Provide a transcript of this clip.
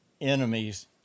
enemies